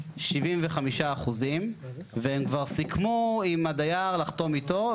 75% והם כבר סיכמו עם הדייר לחתום איתו,